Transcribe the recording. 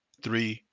three,